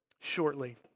Shortly